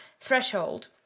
threshold